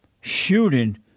shooting